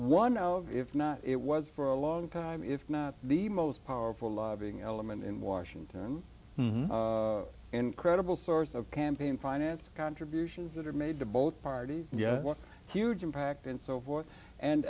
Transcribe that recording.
one now if not it was for a long time if not the most powerful lobbying element in washington incredible source of campaign finance contributions that are made to both parties and yet one huge impact and so forth